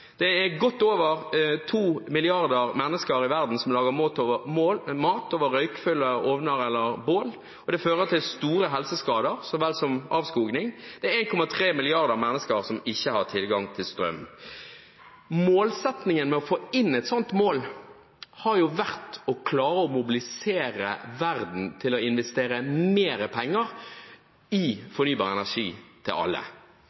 Det er godt over 2 milliarder mennesker i verden som lager mat over røykfylte ovner eller bål, og det fører til store helseskader så vel som avskoging. Det er 1,3 milliarder mennesker som ikke har tilgang til strøm. Målsettingen med å få inn et sånt mål har jo vært å klare å mobilisere verden til å investere mer penger i fornybar energi til alle.